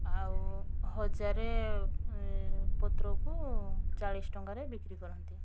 ଆଉ ହଜାରେ ପତ୍ରକୁ ଚାଳିଶ ଟଙ୍କାରେ ବିକ୍ରି କରନ୍ତି